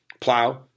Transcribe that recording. plow